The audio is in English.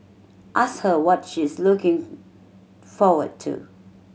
ask her what she is looking forward to